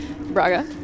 Braga